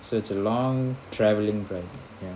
so it's a long travelling day ya